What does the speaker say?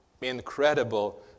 incredible